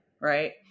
right